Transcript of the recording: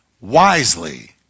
Wisely